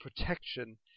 protection